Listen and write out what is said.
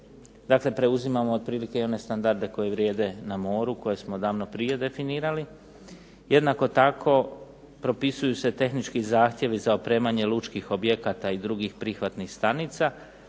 dakle preuzimamo otprilike i one standarde koji vrijede na moru, koje smo davno prije definirali. Jednako tako propisuju se tehnički zahtjevi za opremanje lučkih objekata i drugih prihvatnih stanica